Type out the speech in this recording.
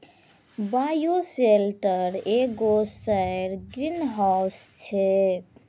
bioshelter एगो सौर greenhouse छै